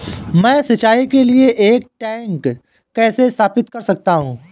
मैं सिंचाई के लिए एक टैंक कैसे स्थापित कर सकता हूँ?